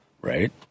right